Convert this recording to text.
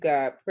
God